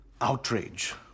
outrage